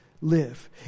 live